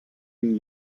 ihn